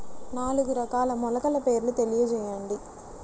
నాలుగు రకాల మొలకల పేర్లు తెలియజేయండి?